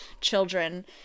children